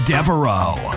Devereaux